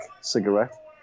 cigarette